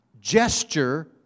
gesture